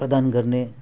प्रदान गर्ने